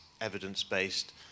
evidence-based